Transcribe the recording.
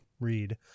read